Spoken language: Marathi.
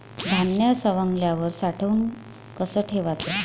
धान्य सवंगल्यावर साठवून कस ठेवाच?